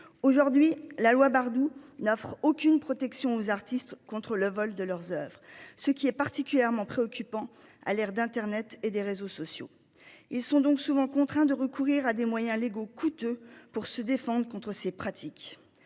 Aujourd'hui, la loi Bardoux n'offre aucune protection aux artistes contre le vol de leurs oeuvres. C'est particulièrement préoccupant, à l'heure d'internet et des réseaux sociaux. Ils sont donc souvent contraints de recourir à des moyens légaux coûteux pour se défendre contre ces pratiques.